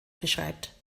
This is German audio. beschreibt